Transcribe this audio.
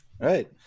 right